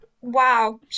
wow